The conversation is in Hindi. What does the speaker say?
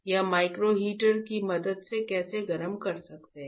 हम माइक्रो हीटर की मदद से कैसे गर्म कर सकते हैं